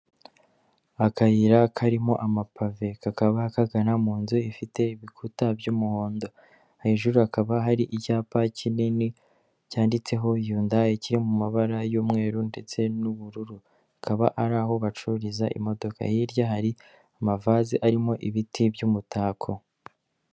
Akayira karimo amapave kakaba kagana mu nzu ifite ibikuta by'umuhondo, hejuru hakaba hari icyapa kinini cyanditseho yundayi kiri mu mabara y'umweru ndetse n'ubururu. Akaba ari aho bacururiza imodoka, hirya hari amavaze arimo ibiti by'umutako.